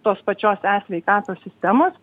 tos pačios e sveikatos sistemos